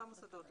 אותם מוסדות,